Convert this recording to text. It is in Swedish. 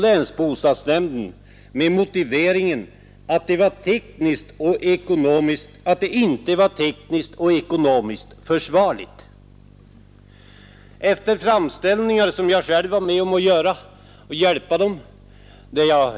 Länsbostadsnämnden avstyrkte med motiveringen att det inte var tekniskt och ekonomiskt försvarligt. Efter framställningar som jag själv var med om att göra för att hjälpa de båda familjerna ändrades beslutet och man fick statligt lån.